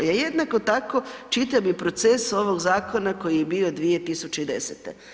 Ja jednako tako čitam i proces ovog zakona koji je bio 2010.